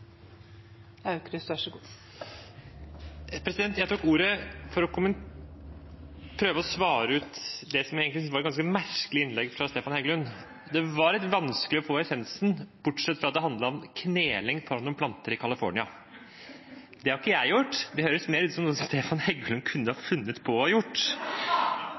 Jeg tok ordet for å prøve svare ut det jeg egentlig synes var et ganske merkelig innlegg fra Stefan Heggelund. Det var litt vanskelig å få tak i essensen, bortsett fra at det handlet om kneling foran noen planter i California. Det har ikke jeg gjort, det høres mer ut som noe som Stefan Heggelund kunne funnet på å